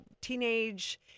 teenage